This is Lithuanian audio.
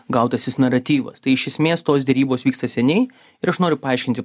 gal tas jis naratyvas tai iš esmės tos derybos vyksta seniai ir aš noriu paaiškinti